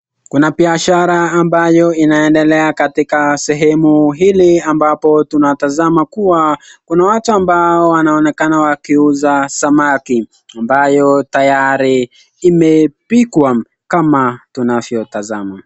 Kuna biashashara ambayo inaendelea katika sehemu hili amabapo tunatazama kuwa, kuna watu ambao wanaonekana wakiuza samaki ambayo tayari imepikwa kama tunavyo tazama.